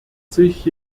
sich